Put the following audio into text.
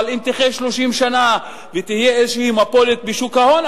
אבל אם תחיה 30 שנה ותהיה איזו מפולת בשוק ההון,